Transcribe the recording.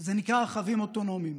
זה נקרא "רכבים אוטונומיים".